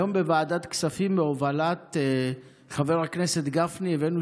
היום בוועדת הכספים בהובלת חבר הכנסת גפני הבאנו